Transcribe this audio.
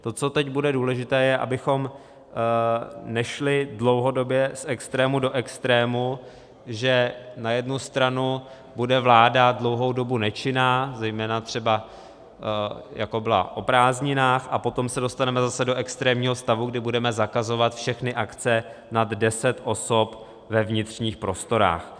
To, co teď bude důležité, je, abychom nešli dlouhodobě z extrému do extrému, že na jednu stranu bude vláda dlouhou dobu nečinná, zejména jako třeba byla o prázdninách, a potom se dostaneme zase do extrémního stavu, kdy budeme zakazovat všechny akce nad deset osob ve vnitřních prostorách.